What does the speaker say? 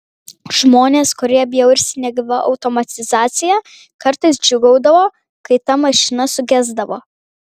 žmonės kurie bjaurisi negyva automatizacija kartais džiūgaudavo kai ta mašina sugesdavo